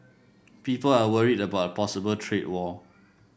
people are worried about a possible trade war